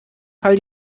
fall